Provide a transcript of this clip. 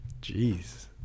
Jeez